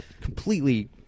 completely